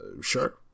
sure